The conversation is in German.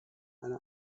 eine